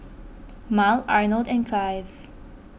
Mal Arnold and Cleve